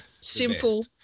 Simple